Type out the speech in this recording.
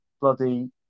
bloody